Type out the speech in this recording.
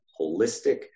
holistic